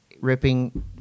ripping